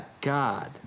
God